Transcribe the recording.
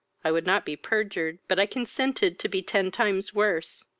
i would not be perjured, but i consented to be ten times worse.